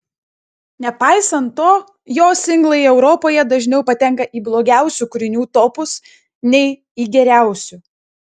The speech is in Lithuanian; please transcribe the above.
nepaisant to jo singlai europoje dažniau patenka į blogiausių kūrinių topus nei į geriausių